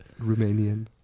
Romanian